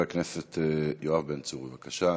חבר הכנסת יואב בן צור, בבקשה.